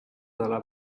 dalle